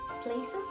places